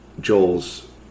Joel's